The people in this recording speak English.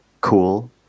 cool